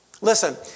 Listen